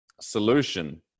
solution